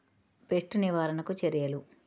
Pest నివారణకు చర్యలు?